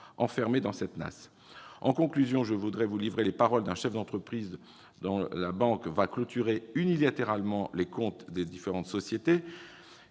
dans cette nasse. En conclusion, je voudrais vous livrer les paroles d'un chef d'entreprise dont la banque va clôturer, unilatéralement, les comptes des différentes sociétés